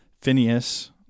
Phineas